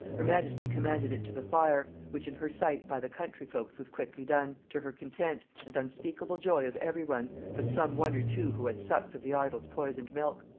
her majesty commanded it to the fire, which in her sight by the country folks was quickly done, to her content, and unspeakable joy of every one, but some one or two who had sucked of the idol's poisoned milk.